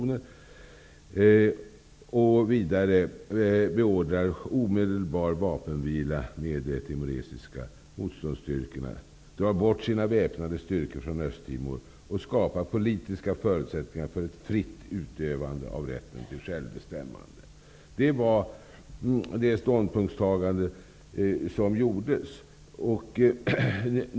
Den måste vidare beordra omedelbar vapenvila med de timoresiska motståndsstyrkorna, dra bort sina väpnade styrkor från Östtimor och skapa politiska förutsättningar för ett fritt utövande av rätten till självbestämmande. Det var det ståndpunktstagande som gjordes.